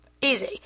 Easy